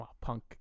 punk